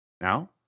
Now